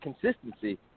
consistency